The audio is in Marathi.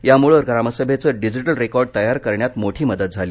यामुळे ग्रामसभेचे डिजिटल रेकॉर्ड तयार करण्यात मोठी मदत झाली